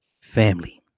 family